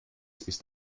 ist